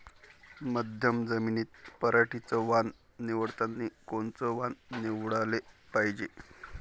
मध्यम जमीनीत पराटीचं वान निवडतानी कोनचं वान निवडाले पायजे?